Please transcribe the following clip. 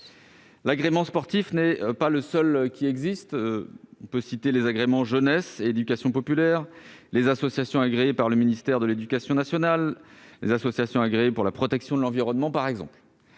L'agrément sportif n'est pas le seul en vigueur : on peut citer l'agrément jeunesse et éducation populaire, les associations agréées par le ministère de l'éducation nationale, ou les associations agréées pour la protection de l'environnement, par exemple.